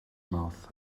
mouth